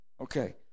Okay